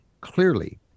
clearly